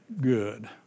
good